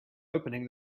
opening